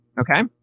Okay